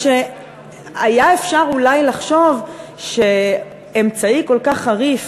כשהיה אפשר אולי לחשוב שאמצעי כל כך חריף